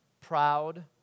proud